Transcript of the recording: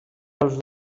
dels